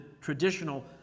traditional